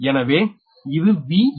எனவே இது Vab